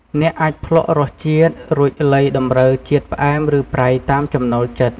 អ្នកអាចភ្លក្សរសជាតិ រួចលៃតម្រូវជាតិផ្អែម ឬប្រៃតាមចំណូលចិត្ត។